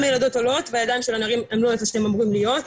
ילדות עולות והידיים של הנערים הם לא איפה שהם אומרים להיות,